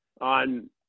on